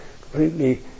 completely